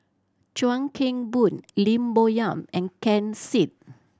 Chuan Keng Boon Lim Bo Yam and Ken Seet